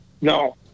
no